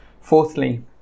Fourthly